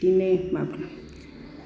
बिदिनो मावो